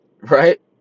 right